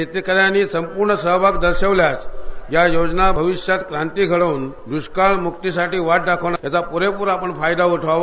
शेतकऱ्यांनी संपूर्ण सहभाग दर्शवल्यास या योजना भविष्यात क्रांती घउवून दृष्काळ म्क्तीसाठी वाट दाखवणार असल्याने याचा आपण प्रेप्र फायदा उठवावा